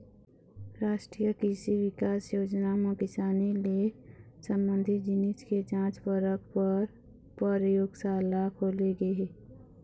रास्टीय कृसि बिकास योजना म किसानी ले संबंधित जिनिस के जांच परख पर परयोगसाला खोले गे हे